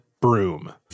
broom